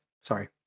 Sorry